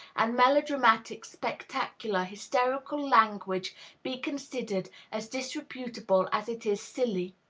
and melodramatic, spectacular, hysterical language be considered as disreputable as it is silly.